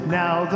now